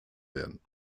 werden